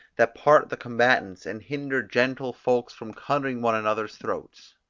that part the combatants, and hinder gentle folks from cutting one another's throats.